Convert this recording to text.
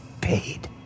paid